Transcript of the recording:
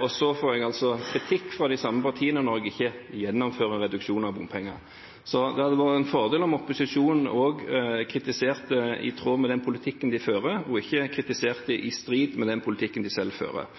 og så får jeg altså kritikk fra de samme partiene når jeg ikke gjennomfører reduksjon av bompenger. Så det hadde vært en fordel om opposisjonen kritiserte i tråd med den politikken de fører, og ikke kritiserte i strid med den politikken de selv fører.